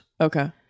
Okay